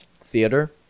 theater